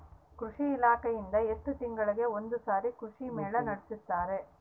ಕೃಷಿ ಇಲಾಖೆಯಿಂದ ಎಷ್ಟು ತಿಂಗಳಿಗೆ ಒಂದುಸಾರಿ ಕೃಷಿ ಮೇಳ ನಡೆಸುತ್ತಾರೆ?